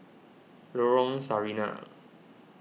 Lorong Sarina